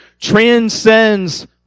transcends